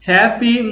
Happy